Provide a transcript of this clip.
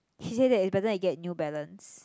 he said that it's better to get New Balance